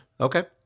Okay